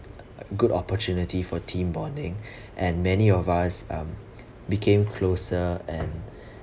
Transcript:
good opportunity for team bonding and many of us um became closer and